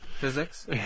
Physics